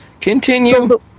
Continue